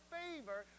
favor